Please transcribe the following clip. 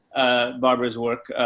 barbara's work,